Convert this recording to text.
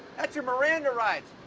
that's your miranda rights!